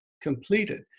completed